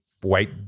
white